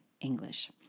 English